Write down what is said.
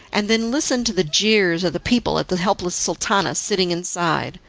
and then listened to the jeers of the people at the helpless sultana sitting inside.